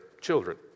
children